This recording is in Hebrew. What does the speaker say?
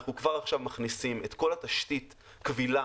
אנחנו כבר עכשיו מכניסים את כל התשתית כבילה